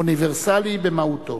אוניברסלי במהותו.